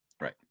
right